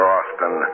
Austin